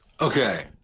Okay